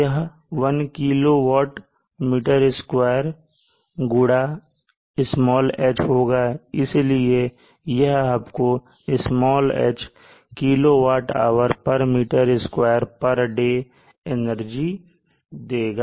यह 1 kWm2 गुड़ा "h" होगा इसलिए यह आपको h kWhm2 per day energy देगा